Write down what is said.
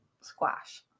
Squash